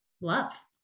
love